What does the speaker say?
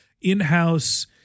in-house